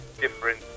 different